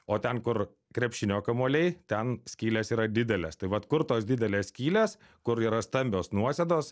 o ten kur krepšinio kamuoliai ten skylės yra didelės tai vat kur tos didelės skylės kur yra stambios nuosėdos